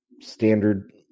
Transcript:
standard